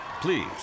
please